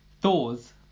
Thor's